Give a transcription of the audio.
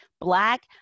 Black